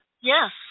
Yes